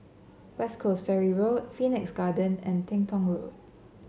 West Coast Ferry Road Phoenix Garden and Teng Tong Road